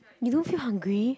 you don't feel hungry